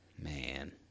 Man